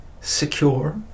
secure